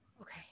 okay